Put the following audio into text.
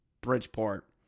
Bridgeport